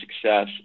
success